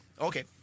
Okay